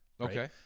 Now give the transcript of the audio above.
Okay